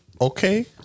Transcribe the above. Okay